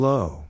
Low